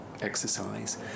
exercise